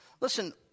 Listen